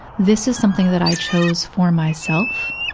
this is something that i chose for myself,